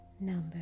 number